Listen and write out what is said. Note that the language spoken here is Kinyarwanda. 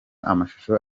amashusho